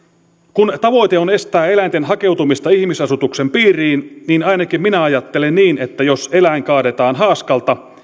kun tavoite on estää eläinten hakeutumista ihmisasutuksen piiriin niin ainakin minä ajattelen niin että jos eläin kaadetaan haaskalta